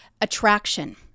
attraction